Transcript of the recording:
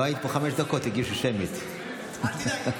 אל תדאג.